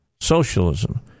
socialism